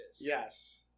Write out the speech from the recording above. Yes